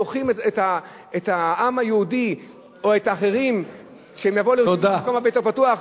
דוחים את העם היהודי או את האחרים שיבואו לרישום במקום יותר פתוח,